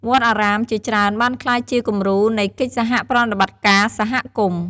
វត្តអារាមជាច្រើនបានក្លាយជាគំរូនៃកិច្ចសហប្រតិបត្តិការសហគមន៍។